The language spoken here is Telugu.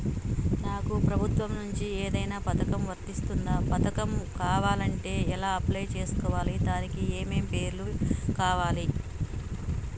నాకు ప్రభుత్వం నుంచి ఏదైనా పథకం వర్తిస్తుందా? పథకం కావాలంటే ఎలా అప్లై చేసుకోవాలి? దానికి ఏమేం పేపర్లు కావాలి?